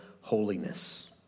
holiness